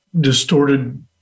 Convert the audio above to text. distorted